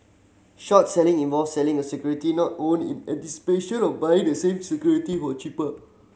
short selling involves selling a security not owned in anticipation of buying the same security for cheaper